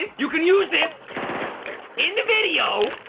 you can use this in the video,